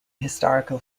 historical